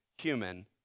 human